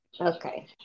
Okay